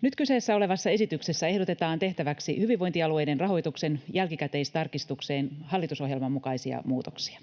Nyt kyseessä olevassa esityksessä ehdotetaan tehtäväksi hyvinvointialueiden rahoituksen jälkikäteistarkistukseen hallitusohjelman mukaisia muutoksia.